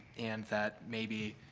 and that maybe,